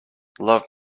love